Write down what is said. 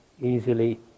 easily